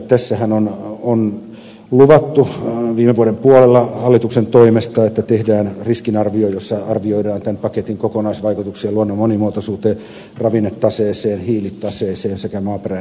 tässähän on luvattu viime vuoden puolella hallituksen toimesta että tehdään riskinarvio jossa arvioidaan tämän paketin kokonaisvaikutuksia luonnon monimuotoisuuteen ravinnetaseeseen ja hiilitaseeseen sekä maaperän että metsien osalta